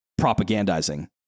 propagandizing